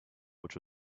which